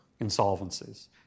insolvencies